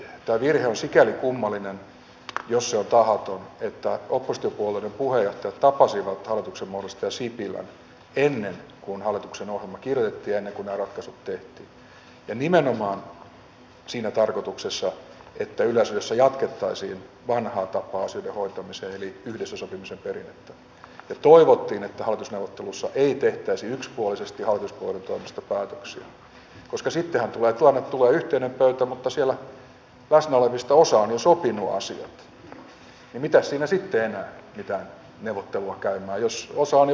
tämä virhe on sikäli kummallinen jos se on tahaton että oppositiopuolueiden puheenjohtajat tapasivat hallituksen muodostaja sipilän ennen kuin hallituksen ohjelma kirjoitettiin ja ennen kuin nämä ratkaisut tehtiin ja nimenomaan siinä tarkoituksessa että yleisradiossa jatkettaisiin vanhaa tapaa asioiden hoitamisessa eli yhdessä sopimisen perinnettä ja toivottiin että hallitusneuvotteluissa ei tehtäisi yksipuolisesti hallituspuolueiden toimesta päätöksiä koska sittenhän tulee yhteinen pöytä mutta jos siellä läsnä olevista osa on jo sopinut asiat niin mitä siinä sitten enää mitään neuvottelua käymään jos osa on jo sopinut asioita